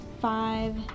Five